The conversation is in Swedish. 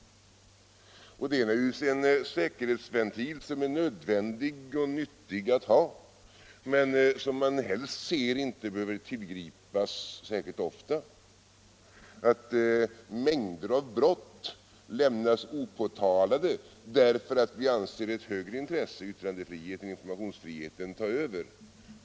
Det är naturligtvis en säkerhetsventil som är nödvändig och nyttig att ha men som man helst ser inte behöver tillgripas särskilt ofta, så att mängder av brott lämnas opåtalade därför att vi ser till högre intressen — yttrandefriheten och informationsfriheten.